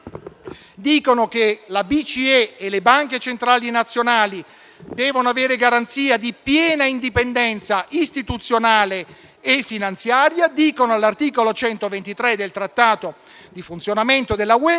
che la BCE e le banche centrali nazionali devono avere garanzia di piena indipendenza istituzionale e finanziaria; dicono, all'articolo 123 del Trattato di funzionamento dell'Unione